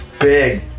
big